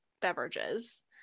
beverages